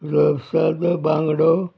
रसादो बांगडो